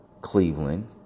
Cleveland